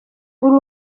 uri